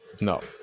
no